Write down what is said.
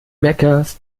meckerst